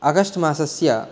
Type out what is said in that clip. August मासस्य